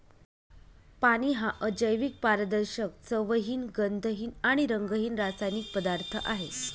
पाणी हा अजैविक, पारदर्शक, चवहीन, गंधहीन आणि रंगहीन रासायनिक पदार्थ आहे